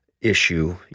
issue